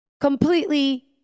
completely